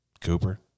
Cooper